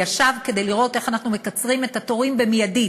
כדי לראות איך אנחנו מקצרים את התורים מייד,